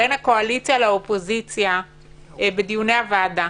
בין הקואליציה לאופוזיציה בדיוני הוועדה.